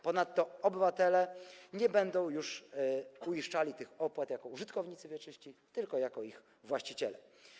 Ponadto obywatele nie będą już uiszczali tych opłat jako użytkownicy wieczyści, tylko jako ich właściciele.